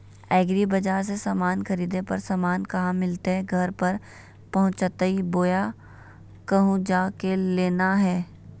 एग्रीबाजार से समान खरीदे पर समान कहा मिलतैय घर पर पहुँचतई बोया कहु जा के लेना है?